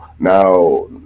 Now